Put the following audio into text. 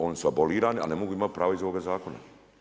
Oni su abolirani, a ne mogu imati prava iz ovoga zakona.